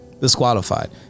disqualified